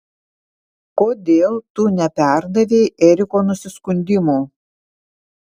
kodėl tu neperdavei eriko nusiskundimų